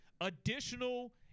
additional